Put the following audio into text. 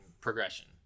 progression